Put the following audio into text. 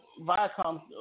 Viacom